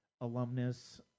alumnus